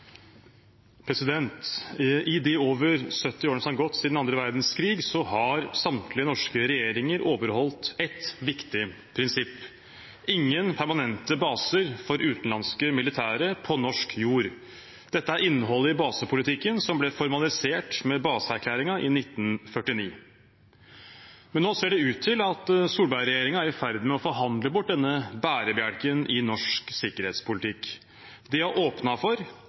avsluttet. I de over 70 årene som har gått siden annen verdenskrig, har samtlige norske regjeringer overholdt ett viktig prinsipp: ingen permanente baser for utenlandske militære på norsk jord. Dette er innholdet i basepolitikken, som ble formalisert med baseerklæringen i 1949. Men nå ser det ut til at Solberg-regjeringen er i ferd med å forhandle bort denne bærebjelken i norsk sikkerhetspolitikk. De har åpnet for